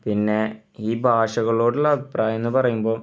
പിന്നെ ഈ ഭാഷകളോടുള്ള അഭിപ്രായം എന്ന് പറയുമ്പം